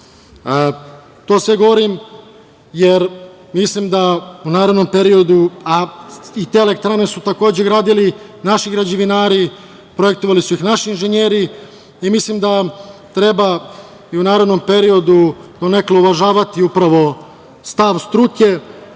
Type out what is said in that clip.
To sve govorim jer mislim da u narednom periodu, a te elektrane su takođe gradili naši građevinari, projektovali su ih naši inženjeri i mislim da treba i u narednom periodu donekle uvažavati upravo stav struke,